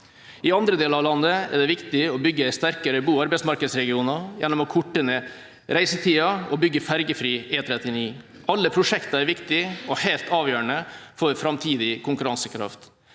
I andre deler av landet er det viktig å bygge sterkere bo- og arbeidsmarkedsregioner gjennom å korte ned reisetiden og bygge ferjefri E39. Alle prosjektene er viktige og helt avgjørende for framtidig konkurransekraft.